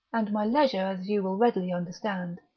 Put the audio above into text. and my leisure, as you will readily understand.